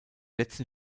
letzten